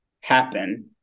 happen